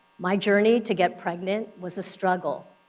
my journey to get pregnant was a struggle.